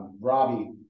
Robbie